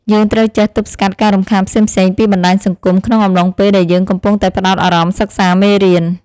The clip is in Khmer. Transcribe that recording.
យើងត្រូវចេះទប់ស្កាត់ការរំខានផ្សេងៗពីបណ្តាញសង្គមក្នុងអំឡុងពេលដែលយើងកំពុងតែផ្តោតអារម្មណ៍សិក្សាមេរៀន។